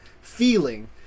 feeling